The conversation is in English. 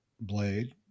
blade